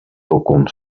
balkon